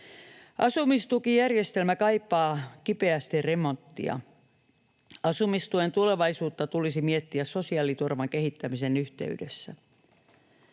Asumistukijärjestelmä kaipaa kipeästi remonttia. Asumistuen tulevaisuutta tulisi miettiä sosiaaliturvan kehittämisen yhteydessä.